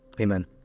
Amen